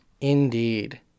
Indeed